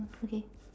okay